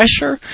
pressure